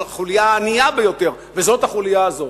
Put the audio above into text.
והחוליה הענייה ביותר, וזו החוליה הזאת.